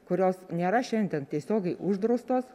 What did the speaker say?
kurios nėra šiandien tiesiogiai uždraustos